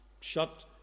shut